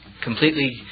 completely